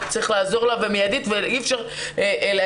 צריך לעזור לה במיידית ואי אפשר לומר